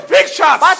pictures